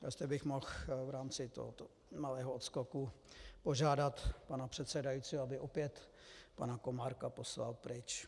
Jestli bych mohl v rámci tohoto malého odskoku požádat pana předsedajícího, aby opět pana Komárka poslal pryč.